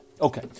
Okay